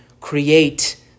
create